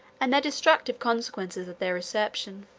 and their destructive consequences of their usurpation.